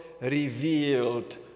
revealed